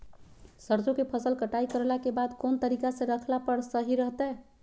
सरसों के फसल कटाई करला के बाद कौन तरीका से रखला पर सही रहतय?